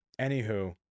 anywho